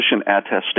attestation